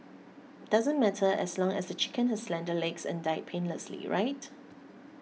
doesn't matter as long as the chicken has slender legs and died painlessly right